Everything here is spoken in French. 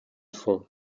fond